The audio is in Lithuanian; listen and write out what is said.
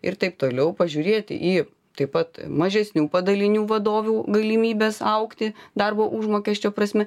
ir taip toliau pažiūrėti į taip pat mažesnių padalinių vadovų galimybes augti darbo užmokesčio prasme